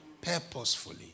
purposefully